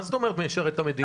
מה זאת אומרת משרת את המדינה?